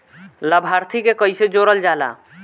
लभार्थी के कइसे जोड़ल जाला?